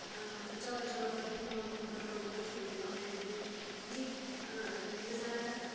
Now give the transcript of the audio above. ꯑꯆꯧ ꯑꯆꯧꯕ ꯏꯪꯈꯣꯜꯒꯨꯝꯕ ꯇꯧꯕꯗꯤ ꯀꯔꯤꯒꯤꯅꯣ ꯍꯥꯏꯔꯗꯤ ꯍꯧꯖꯤꯛ ꯕꯖꯥꯔꯗ